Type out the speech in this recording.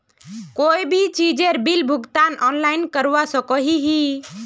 कोई भी चीजेर बिल भुगतान ऑनलाइन करवा सकोहो ही?